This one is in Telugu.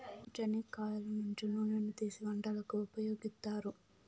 చెనిక్కాయల నుంచి నూనెను తీసీ వంటలకు ఉపయోగిత్తారు